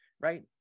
right